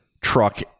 truck